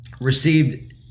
received